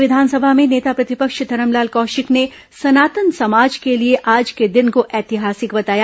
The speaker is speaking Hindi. राज्य विधानसभा में नेता प्रतिपक्ष धरमलाल कौशिक ने सनातन समाज के लिए आज के दिन को ऐतिहासिक बताया